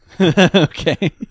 Okay